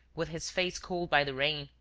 with his face cooled by the rain,